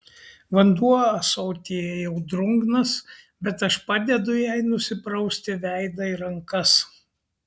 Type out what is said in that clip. vanduo ąsotyje jau drungnas bet aš padedu jai nusiprausti veidą ir rankas